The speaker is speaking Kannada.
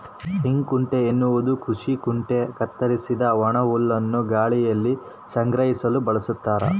ಹೇಕುಂಟೆ ಎನ್ನುವುದು ಕೃಷಿ ಕುಂಟೆ ಕತ್ತರಿಸಿದ ಒಣಹುಲ್ಲನ್ನು ಗಾಳಿಯಲ್ಲಿ ಸಂಗ್ರಹಿಸಲು ಬಳಸ್ತಾರ